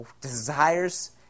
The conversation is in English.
desires